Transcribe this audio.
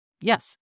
Yes